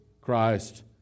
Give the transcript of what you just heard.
Christ